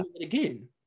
again